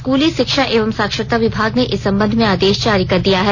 स्कूली शिक्षा एवं साक्षरता विभाग ने इस संबंध में आदेश जारी कर दिया है